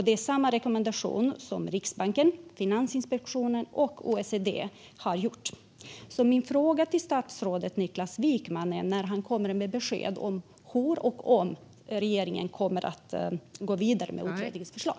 Det är samma rekommendation som Riksbanken, Finansinspektionen och OECD har gjort. Min fråga till statsrådet Niklas Wykman är när han kommer med besked hur och om regeringen kommer att gå vidare med utredningens förslag.